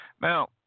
Now